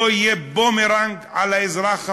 לא יהיו בומרנג לאזרח הפשוט?